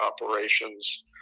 operations